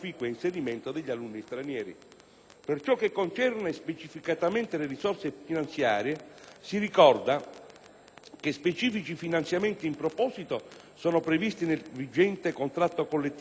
Per ciò che concerne specificamente le risorse finanziarie, si ricorda che specifici finanziamenti in proposito sono previsti nel vigente contratto collettivo nazionale di lavoro del comparto scuola,